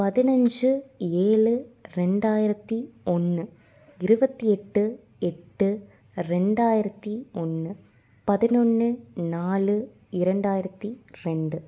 பதினைஞ்சி ஏழு ரெண்டாயிரத்து ஒன்று இருபத்தி எட்டு எட்டு ரெண்டாயிரத்து ஒன்று பதினொன்று நாலு இரண்டாயிரத்து ரெண்டு